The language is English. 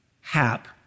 Hap